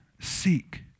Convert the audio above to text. seek